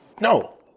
No